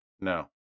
No